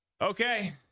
okay